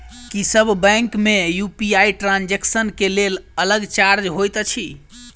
की सब बैंक मे UPI transaction केँ लेल अलग चार्ज होइत अछि?